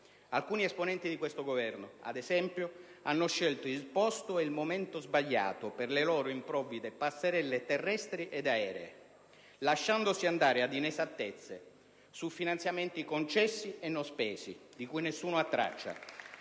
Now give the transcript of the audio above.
Alcuni esponenti di questo Governo, ad esempio, hanno scelto il posto e il momento sbagliato per le loro improvvide passerelle terrestri ed aeree, lasciandosi andare ad inesattezze su finanziamenti concessi e non spesi, di cui nessuno ha traccia